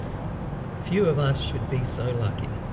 few of us should be so lucky.